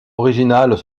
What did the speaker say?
originales